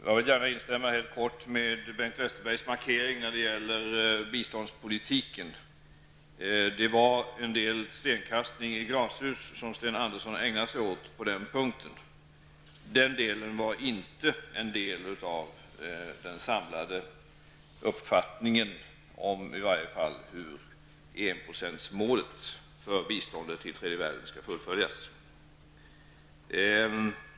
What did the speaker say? Jag vill gärna helt kort instämma med Bengt Westerbergs markering när det gäller biståndspolitiken. Sten Andersson ägnade sig åt en del stenkastning i glashus på den punkten. Det var inte en del av den samlade uppfattningen om hur enprocentsmålet för biståndet till tredje världen skall fullföljas.